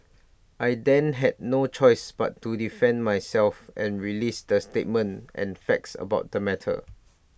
I then had no choice but to defend myself and release the statement and facts about the matter